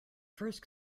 first